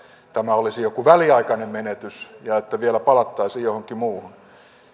tämä olisi jokin väliaikainen menetys ja että vielä palattaisiin johonkin muuhun